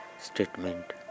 statement